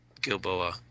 Gilboa